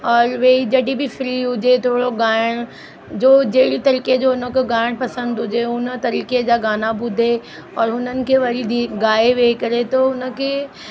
और उहे जॾहिं बि फ्री हुजे थोरो ॻाइण जो जे बि तरीक़े जो हुनखे ॻाइण पसंद हुजे हुन तरीक़े जा गाना ॿुधे और उन्हनि खे वरी बि ॻाए वेही करे थो हुनखे